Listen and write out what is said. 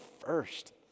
first